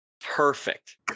perfect